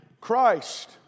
Christ